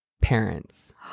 parents